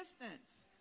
distance